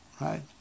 right